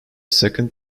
second